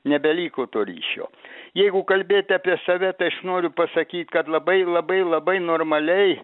nebeliko to ryšio jeigu kalbėti apie save tai aš noriu pasakyt kad labai labai labai normaliai